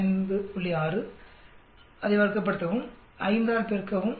6 அதை வர்க்கப்படுத்தவும் 5 ஆல் பெருக்கவும்